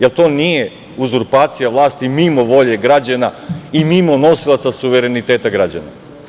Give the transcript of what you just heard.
Jel to nije uzurpacija vlasti mimo volje građana i mimo nosilaca suvereniteta građana?